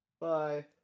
Bye